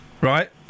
Right